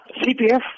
CPF